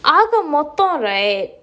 ஆக மொத:aaga modha right